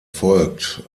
folgt